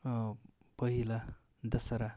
पहिला दशहरा